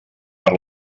per